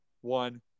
one